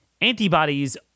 antibodies